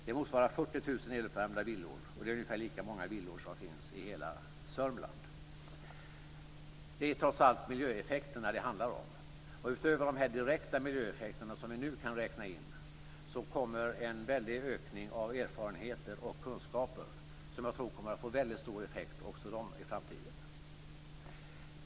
Det motsvarar 40 000 eluppvärmda villor, vilket är ungefär lika många villor som finns i hela Sörmland. Det är trots allt miljöeffekterna som det handlar om. Utöver de direkta miljöeffekter som vi nu kan räkna in kommer en väldig ökning av erfarenheter och kunskaper. Jag tror att också de kommer att få väldigt stor effekt i framtiden.